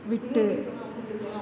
விட்டு